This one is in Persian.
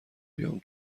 بیام